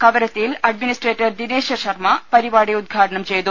കവരത്തിയിൽ അഡ്മിനിസ്ട്രേറ്റർ ദിനേശ്വർ ശർമ്മ പരിപാടി ഉദ്ഘാടനം ചെയ്തു